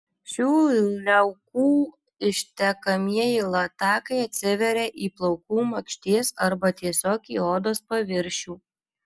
šių liaukų ištekamieji latakai atsiveria į plaukų makšties arba tiesiog į odos paviršių